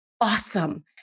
awesome